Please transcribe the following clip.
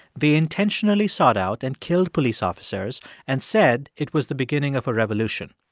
they intentionally sought out and killed police officers and said it was the beginning of a revolution.